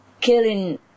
killing